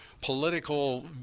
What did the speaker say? political